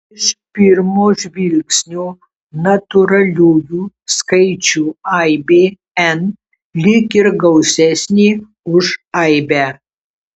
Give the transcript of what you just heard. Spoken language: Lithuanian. iš pirmo žvilgsnio natūraliųjų skaičių aibė n lyg ir gausesnė už aibę